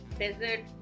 desert